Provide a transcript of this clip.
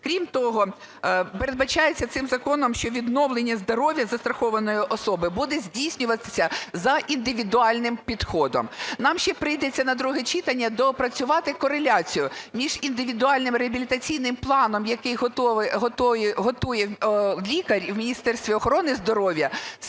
Крім того, передбачається цим законом, що відновлення здоров'я застрахованої особи буде здійснюватися за індивідуальним підходом. Нам ще прийдеться на друге читання доопрацювати кореляцію між індивідуальним реабілітаційним планом, який готує лікар і в Міністерстві охорони здоров'я,